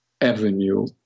avenue